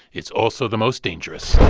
it's also the most dangerous